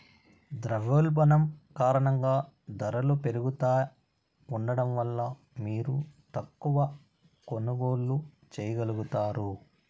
ద్రవ్యోల్బణం కారణంగా దరలు పెరుగుతా ఉండడం వల్ల మీరు తక్కవ కొనుగోల్లు చేయగలుగుతారు